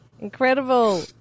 Incredible